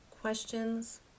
questions